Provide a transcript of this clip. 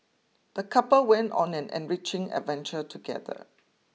the couple went on an enriching adventure together